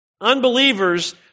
unbelievers